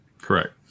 Correct